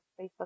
Facebook